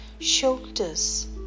shoulders